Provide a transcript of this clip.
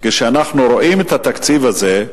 כשאנחנו רואים את התקציב הזה,